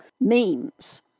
memes